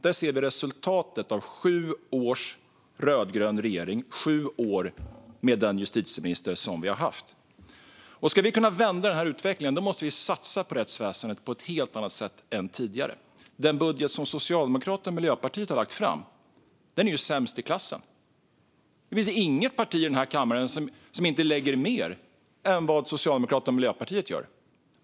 Där ser vi resultatet av sju års rödgrön regering och sju år med den justitieminister vi har haft. Ska vi kunna vända denna utveckling måste vi satsa på rättsväsendet på ett helt annat sätt än tidigare. Den budget som Socialdemokraterna och Miljöpartiet har lagt fram är sämst i klassen. Det finns inget parti i denna kammare som inte lägger mer än Socialdemokraterna och Miljöpartiet gör.